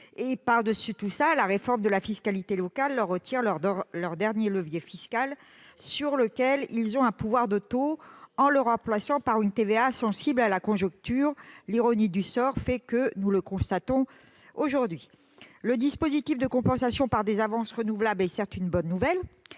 Par-dessus tout, la réforme de la fiscalité locale retire à ces collectivités le dernier levier fiscal sur lequel ils avaient un pouvoir de taux, en le remplaçant par une TVA sensible à la conjoncture. L'ironie du sort fait que nous le constatons aujourd'hui ... Le dispositif de compensation par des avances renouvelables est, certes, une bonne nouvelle,